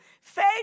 Faith